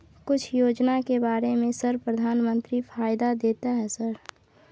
कुछ योजना के बारे में सर प्रधानमंत्री फायदा देता है सर?